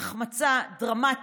זו החמצה דרמטית.